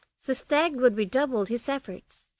the stag would redouble his efforts,